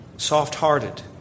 soft-hearted